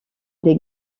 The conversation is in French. des